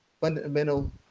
fundamental